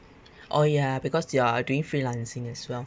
oh ya because you are doing freelancing as well